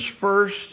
first